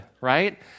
right